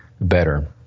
better